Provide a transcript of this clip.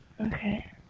Okay